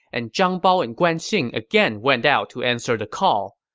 and zhang bao and guan xing again went out to answer the call.